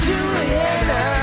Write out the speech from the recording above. Juliana